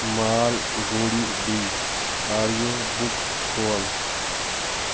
Malgudi day audio book کھول